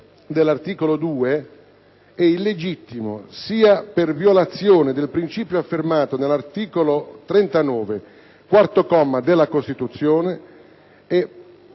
dell'articolo 2 è illegittimo, per violazione del principio affermato nell'articolo 39, quarto comma, della Costituzione,